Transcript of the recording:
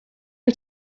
wyt